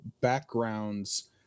backgrounds